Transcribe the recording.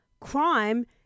crime